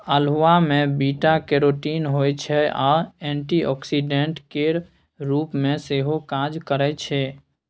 अल्हुआ मे beta carotene होइ छै आ एंटीआक्सीडेंट केर रुप मे सेहो काज करय छै